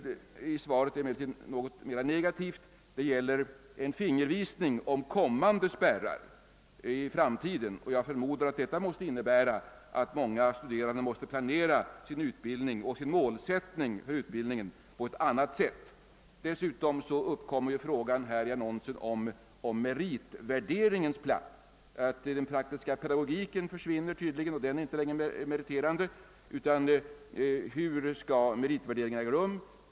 Vad som är något mer negativt i svaret är fingervisningen om kommande spärrar. Jag förmodar att detta måste innebära att många studerande får pla nera sin utbildning och målsättningen för denna på ett annat sätt. Dessutom uppkommer frågan om meritvärderingens plats. Den praktiska pedagogiken försvinner tydligen — den blir inte längre meriterande. Hur skall meritvärderingen äga rum?